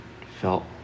felt